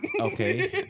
Okay